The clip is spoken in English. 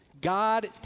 God